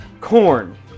Corn